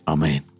Amen